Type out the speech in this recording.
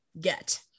get